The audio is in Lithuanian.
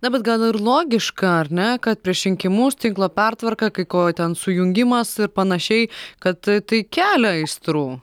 na bet gal ir logiška ar ne kad prieš rinkimus tinklo pertvarka kai ko ten sujungimas ir panašiai kad tai kelia aistrų